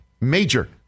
Major